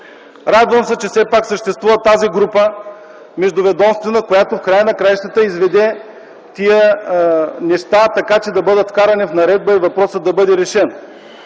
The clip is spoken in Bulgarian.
Радвам се, че все пак съществува тази Междуведомствена група, която в края на краищата да изведе тези неща, за да бъдат вкарани в наредба и въпросът да бъде решен.